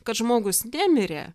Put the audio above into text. kad žmogus nemirė